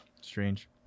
strange